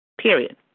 period